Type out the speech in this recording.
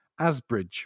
Asbridge